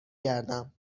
گردم